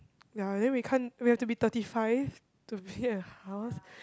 ya then we can't we have to be thirty five to build a house